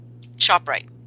ShopRite